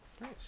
Nice